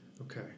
Okay